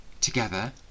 Together